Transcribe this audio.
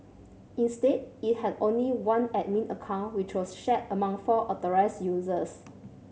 instead it had only one admin account which was shared among four authorised users